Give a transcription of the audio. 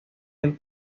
del